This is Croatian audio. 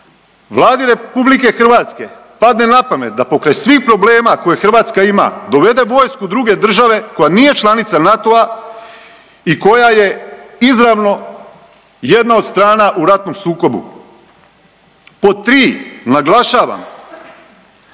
Vladi RH padne napamet da pokraj svih problema koje Hrvatska ima, dovede vojsku druge države koja nije članica NATO-a i koja je izravno jedna od strana u ratnom sukobu. Pod tri, naglašavam,